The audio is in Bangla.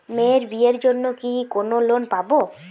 মেয়ের বিয়ের জন্য কি কোন লোন পাব?